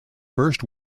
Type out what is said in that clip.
first